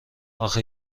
آخه